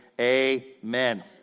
amen